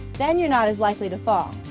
then you're not as likely to fall.